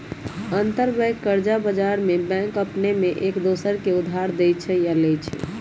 अंतरबैंक कर्जा बजार में बैंक अपने में एक दोसर के उधार देँइ छइ आऽ लेइ छइ